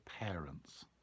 parents